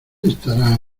estará